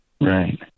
Right